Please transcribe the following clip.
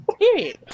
Period